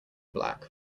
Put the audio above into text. black